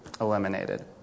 eliminated